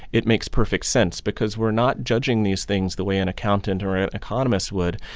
it makes perfect sense because we're not judging these things the way an accountant or an economist would.